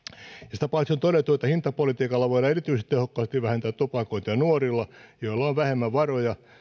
ja sitä paitsi on todettu että hintapolitiikalla voidaan erityisen tehokkaasti vähentää tupakointia nuorilla joilla on vähemmän varoja ja